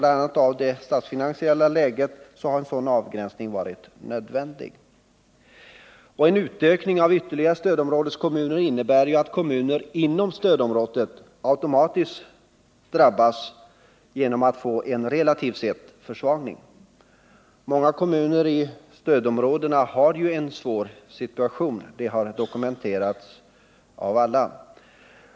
En ytterligare ökning av antalet stödområdeskommuner innebär ju att de kommuner som nu ligger inom stödområdet automatiskt drabbas genom att de får en försvagning relativt sett. Många kommuner i stödområdena har ju en svår situation. Det har dokumenterats av alla.